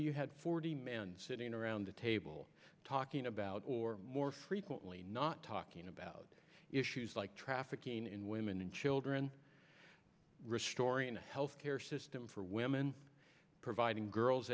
you had forty men sitting around the table talking about or more frequently not talking about issues like trafficking in women and children restoring the health care system for women providing girls